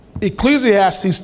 Ecclesiastes